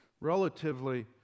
relatively